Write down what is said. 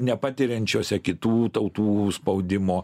nepatiriančiose kitų tautų spaudimo